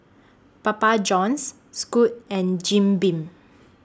Papa Johns Scoot and Jim Beam